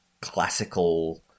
classical